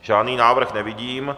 Žádný návrh nevidím.